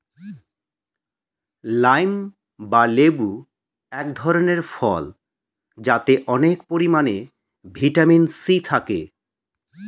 lime বা লেবু এক ধরনের ফল যাতে অনেক পরিমাণে ভিটামিন সি থাকে